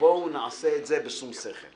בואו נעשה את זה בשום שכל.